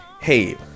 hey